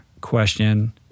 question